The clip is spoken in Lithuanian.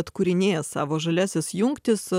atkūrinėja savo žaliasis jungtis